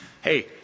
Hey